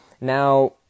Now